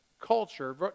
culture